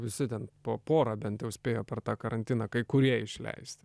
visi ten po porą bent jau spėjo per tą karantiną kai kurie išleisti